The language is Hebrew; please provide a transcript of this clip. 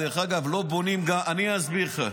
דרך אגב, לא בונים, אני אסביר לך.